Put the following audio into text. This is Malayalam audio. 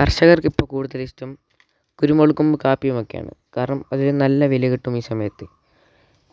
കർഷകർക്ക് ഇപ്പോൾ കൂടുതൽ ഇഷ്ടം കുരുമുളകും കാപ്പിയുമൊക്കെയാണ് കാരണം അതിന് നല്ല വില കിട്ടും ഈ സമയത്ത്